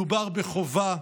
מדובר בחובה,